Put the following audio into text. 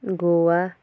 Goa